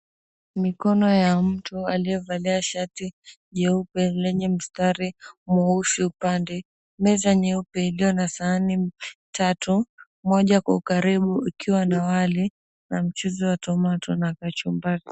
Mikono ya mtu aliyevalia shati jeupe lenye mstari mweusi upande. Meza nyeupe iliyo na sahani tatu, moja kwa ukaribu ukiwa na wali na mchuzi wa tomato na kachumbari.